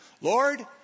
Lord